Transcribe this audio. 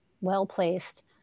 well-placed